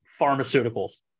pharmaceuticals